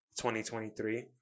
2023